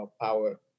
power